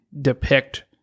depict